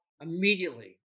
immediately